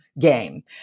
game